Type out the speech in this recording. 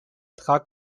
trat